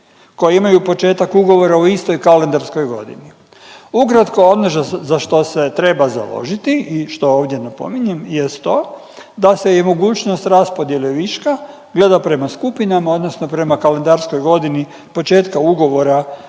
koji imaju početak ugovora u istoj kalendarskoj godini. Ukratko, ono za što se treba založiti i što ovdje napominjem jest to da se i mogućnost raspodjele viška gleda prema skupinama odnosno prema kalendarskoj godini početka ugovora